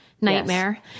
nightmare